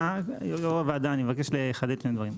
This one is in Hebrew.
יושב-ראש הוועדה, אני מבקש לחדד שני דברים.